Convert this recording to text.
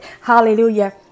Hallelujah